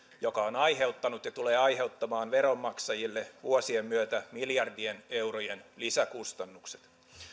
joka on aiheuttanut ja tulee aiheuttamaan veronmaksajille vuosien myötä miljardien eurojen lisäkustannukset